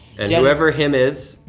and whoever him is,